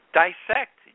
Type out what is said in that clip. dissect